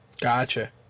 Gotcha